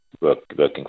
working